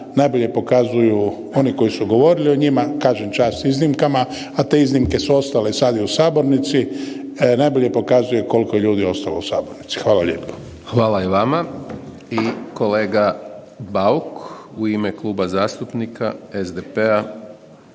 najbolje pokazuju oni koji su govorili o njima, kažem čast iznimkama, a te iznimke su ostale sad i u sabornici, najbolje pokazuje koliko je ljudi ostalo u sabornici. Hvala lijepo. **Hajdaš Dončić, Siniša (SDP)** Hvala i vama. Kolega Bauk u ime Kluba zastupnika SDP-a